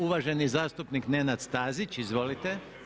Uvaženi zastupnik Nenad Stazić, izvolite.